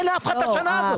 אין לאף אחד את השנה הזאת.